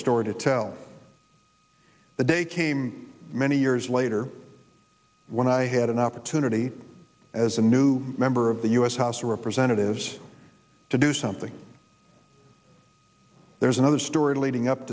story to tell the day came many years later when i had an opportunity as a new member of the u s house of representatives to do something there's another story